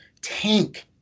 tank